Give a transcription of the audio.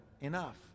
enough